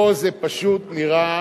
פה זה פשוט נראה,